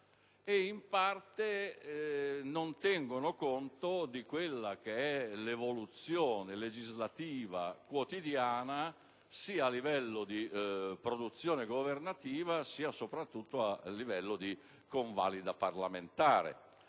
ed in parte non tengono conto della evoluzione legislativa quotidiana, sia a livello di produzione governativa sia soprattutto a livello di convalida parlamentare.